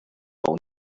own